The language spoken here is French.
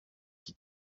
qui